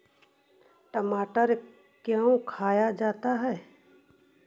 टमाटर क्यों खाया जाता है?